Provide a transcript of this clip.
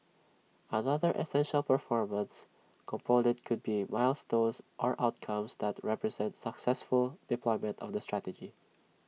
another essential performance component could be milestones or outcomes that represent successful deployment of the strategy